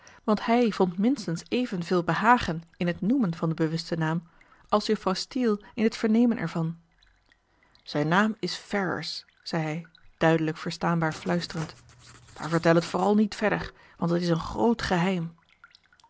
want hij vond minstens evenveel behagen in het noemen van den bewusten naam als juffrouw steele in het vernemen ervan zijn naam is ferrars zei hij duidelijk verstaanbaar fluisterend maar vertel het vooral niet verder want het is een groot geheim